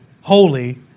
holy